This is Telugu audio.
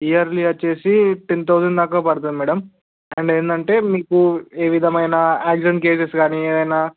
ఇయర్లీ వచ్చేసి టెన్ థౌసండ్ దాకా పడుతుంది మేడమ్ అండ్ ఏంటంటే మీకు ఏ విధమైన ఆక్సిడెంట్ కేసెస్ కాని ఏదైనా